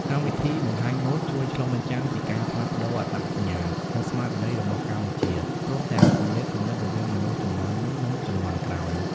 កម្មវិធីបង្ហាញម៉ូដ ជួយឆ្លុះបញ្ចាំងពីការផ្លាស់ប្ដូរអត្តសញ្ញាណ និងស្មារតីរបស់កម្ពុជា ព្រមទាំងគម្លាតគំនិតរវាងមនុស្សជំនាន់មុន និងជំនាន់ក្រោយ។